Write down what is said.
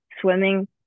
swimming